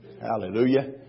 Hallelujah